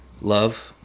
love